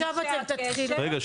אז עכשיו אתם תתחילו --- שנייה.